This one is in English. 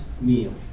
meal